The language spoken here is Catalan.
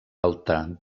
alta